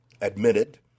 admitted